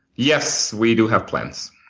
yes. we do have plans.